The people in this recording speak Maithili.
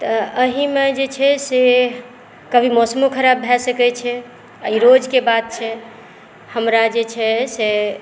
तऽ एहिमे जे छै से कनी मौसमो खराब भए सकै छै आ ई रोजके बात छै हमरा जे छै से